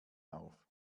auf